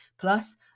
plus